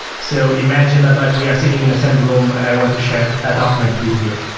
so imagine that like we are sitting in the same room and i want to share a document with you,